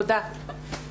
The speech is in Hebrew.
תודה.